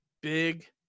big